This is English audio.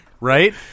Right